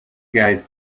guys